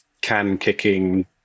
can-kicking